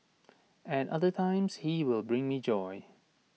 at other times he will bring me joy